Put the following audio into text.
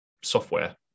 software